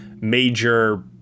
major